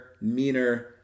meaner